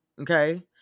okay